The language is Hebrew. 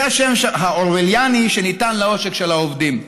זה השם האורווליאני שניתן לעושק של העובדים.